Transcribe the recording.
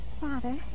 Father